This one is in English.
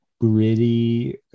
gritty